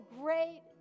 great